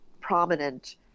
prominent